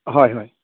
হয় হয়